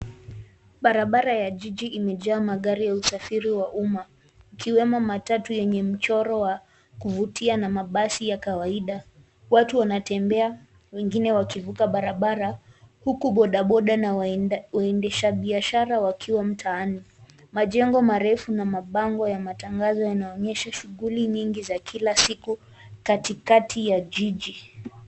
Barabara ya jiji imejaa magari ya usafiri wa umma. Ikiwemo matatu yenye mchoro wa kuvutia na mabasi ya kawaida. Watu wanatembea wengine wakivuka barabara, huku bodaboda na waendesha biashara wakiwa mtaani. Majengo marefu na mabango ya matangazo yanaonyesha shughuli nyingi za kila siku katikati ya jiji.